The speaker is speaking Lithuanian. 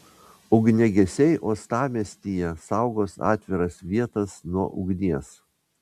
ugniagesiai uostamiestyje saugos atviras vietas nuo ugnies